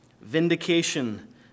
vindication